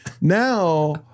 Now